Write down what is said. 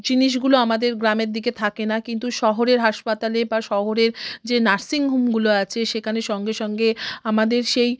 জিনিসগুলো আমাদের গ্রামের দিকে থাকে না কিন্তু শহরের হাসপাতালে বা শহরের যে নার্সিং হোমগুলো আছে সেখানে সঙ্গে সঙ্গে আমাদের সেই